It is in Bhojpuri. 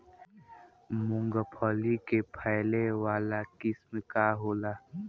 मूँगफली के फैले वाला किस्म का होला?